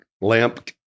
Lamp